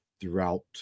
throughout